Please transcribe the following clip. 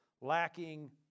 lacking